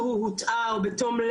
או שנבצר ממנו לצאת,